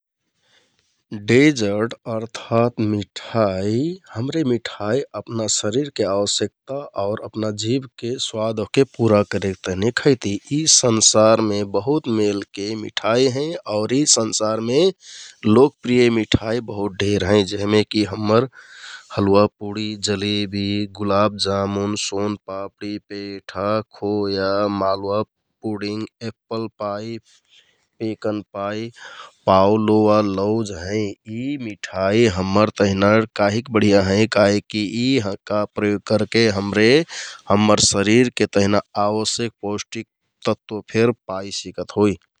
डेजर्ड अर्थात मिठाइ हमरे अपना शरिरके आवश्यकता आु अपना जिभके स्वाद ओहके पुरा करेक तेहनि खैति । यि संसारमे बहुत मेलके मिठाइ हैं आउर यि संसारमे लोकप्रिय मिठाइ बहुत ढेर हैं । जेहमे कि हम्मर halwa puri, jalebi, gulab jamun, son papdi, petha, khoya, malva pudding, apple pie, pecan पाइ पाउ लोवा, लौज हैं । यि मिठाइ हम्मर तेहना काहिक बढिया हैं काहिकि यि प्रयोग करके हमरे हम्मर शरिरके तेहना आवश्यक पौष्टिक तत्व फेर पाइ सिकत होइ ।